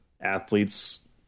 athletes